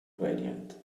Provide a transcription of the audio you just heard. gradient